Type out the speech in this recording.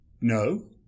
No